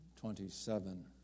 twenty-seven